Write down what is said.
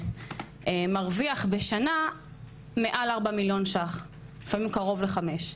שמרוויח בשנה מעל לארבעה מיליון ₪ ולפעמים גם קרוב לחמישה